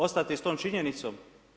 Ostati s tom činjenicom?